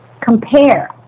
compare